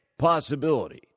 possibility